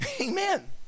Amen